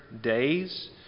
days